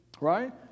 right